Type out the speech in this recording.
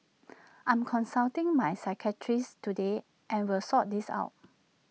I'm consulting my psychiatrist today and will sort this out